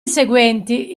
seguenti